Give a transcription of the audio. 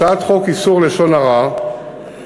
הצעת חוק איסור לשון הרע (תיקון,